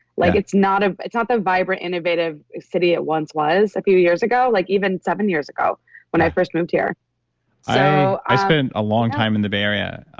like it's not ah it's not the vibrant innovative city it once was a few years ago. like even seven years ago when i first moved here so i spent a long time in the bay area.